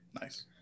Nice